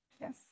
yes